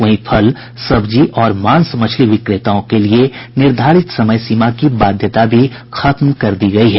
वहीं फल सब्जी और मांस मछली विक्रेताओं के लिए निर्धारित समय सीमा की बाध्यता भी खत्म कर दी गयी है